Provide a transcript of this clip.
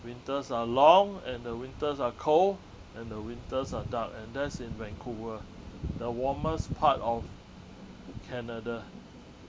winters are long and the winters are cold and the winters are dark and that's in vancouver the warmest part of canada